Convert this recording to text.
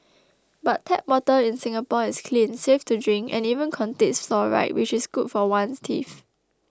but tap water in Singapore is clean safe to drink and even contains fluoride which is good for one's teeth